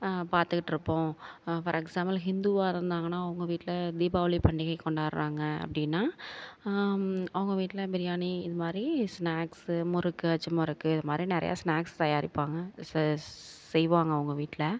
பார்த்துக்கிட்டு இருப்போம் for example இந்துவாக இருந்தாங்கன்னா அவங்க வீட்டில் தீபாவளி பண்டிகை கொண்டாடுறாங்க அப்படினா அவங்க வீட்டில் பிரியாணி இதுமாதிரி ஸ்நாக்ஸ்ஸு முறுக்கு அச்சு முறுக்கு இதுமாதிரி நிறைய ஸ்நாக்ஸ் தயாரிப்பாங்க செய்யுவாங்க அவங்க வீட்டில்